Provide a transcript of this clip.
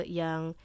yang